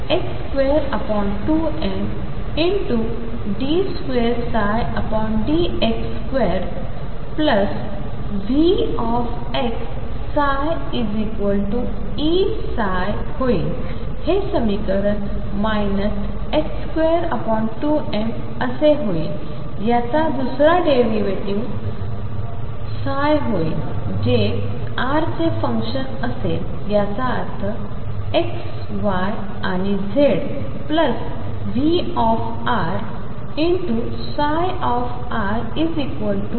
22md2dx2VψEψ होईल हे समीकरण 22m असे होईल याचा दुसरा डेरीवेटीव्ह ψ होईल जे r चे फंकशन असेल याचा अर्थ x y आणि z V ψ Eψ